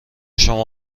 شما